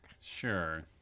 sure